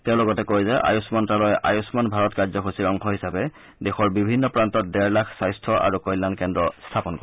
তেওঁ লগতে কয় যে আয়ুষ মন্তালয়ে আয়ুষ্মান ভাৰত কাৰ্যসূচীৰ অংশ হিচাপে দেশৰ বিভিন্ন প্ৰান্তত ডেৰ লাখ স্বাস্থ্য আৰু কল্যাণ কেন্দ্ৰ স্থাপন কৰিব